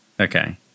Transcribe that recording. Okay